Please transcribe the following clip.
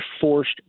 forced